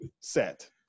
set